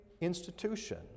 institution